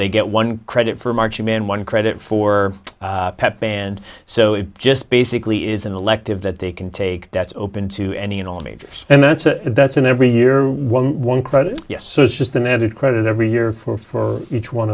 they get one credit for marching band one credit for pep band so it just basically is an elective that they can take that's open to any and all majors and that's a that's in every year one one credit yes so it's just an added credit every year for each one